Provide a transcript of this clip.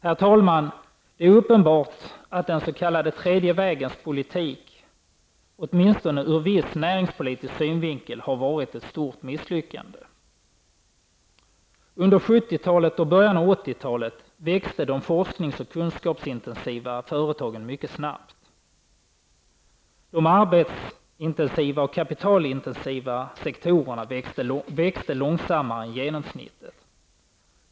Herr talman! Det är uppenbart att den s.k. tredje vägens politik åtminstone ur viss näringspolitisk synvinkel har varit ett stort misslyckande. Under 1970-talet och början av 1980-talet växte de forsknings och kunskapsintensiva företagen mycket snabbt. De arbetsintensiva och kapitalintensiva sektorerna växte långsammare än genomsnittet.